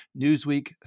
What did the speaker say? Newsweek